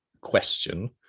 question